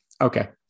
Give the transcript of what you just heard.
Okay